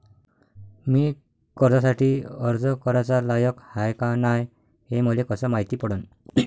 मी कर्जासाठी अर्ज कराचा लायक हाय का नाय हे मले कसं मायती पडन?